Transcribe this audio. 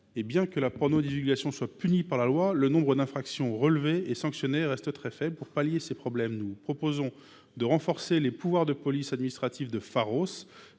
Bien que la pornodivulgation soit punie par la loi, le nombre d’infractions relevées et sanctionnées reste très faible. Pour pallier ces problèmes, nous proposons de renforcer les pouvoirs de police administrative de Pharos